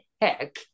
heck